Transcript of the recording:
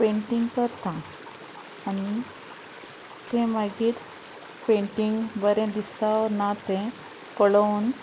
painting करतां आनी तें मागीर पेंटींग बरें दिसता वो ना तें पळोवन